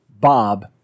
Bob